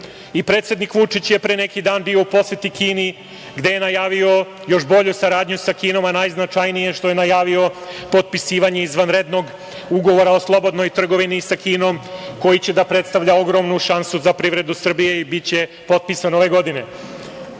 Predsednik Vučić je pre neki dan bio u poseti Kini gde je najavio još bolju saradnju sa Kinom, a najznačajnije je što je najavio potpisivanje izvanrednog ugovora o slobodnoj trgovini sa Kinom koji će da predstavlja ogromnu šansu za privredu Srbije i biće potpisan ove godine. Juče